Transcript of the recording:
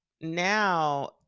now